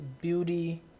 beauty